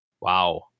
Wow